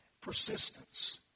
Persistence